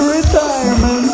Retirement